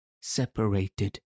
separated